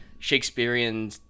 Shakespearean